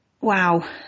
Wow